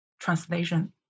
translation